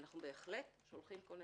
ואנחנו בהחלט שולחים כוננים,